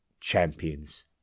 champions